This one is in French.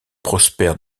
prospère